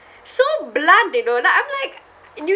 so blunt you know then I'm like and